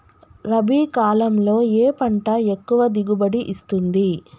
రబీ కాలంలో ఏ పంట ఎక్కువ దిగుబడి ఇస్తుంది?